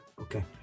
okay